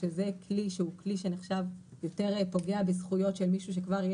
שזה כלי שהוא כלי שנחשב יותר פוגע בזכויות של מישהו שיש